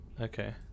Okay